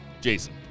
Jason